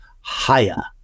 higher